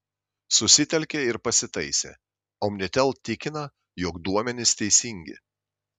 susitelkė ir pasitaisė omnitel tikina jog duomenys teisingi